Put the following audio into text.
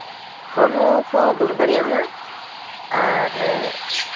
ᱦᱚᱲ ᱦᱚᱸᱠᱚ ᱫᱩᱲᱩᱵ ᱫᱟᱲᱮᱭᱟᱜ ᱢᱟ ᱟᱨ